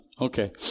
Okay